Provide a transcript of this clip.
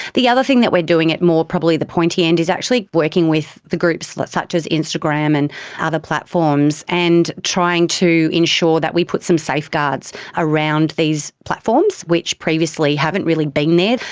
the other thing that we are doing at more probably the pointy end, is actually working with the groups such as instagram and ah other platforms, and trying to ensure that we put some safeguards around these platforms, which previously haven't really been there.